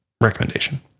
Recommendation